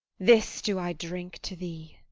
this do i drink to thee.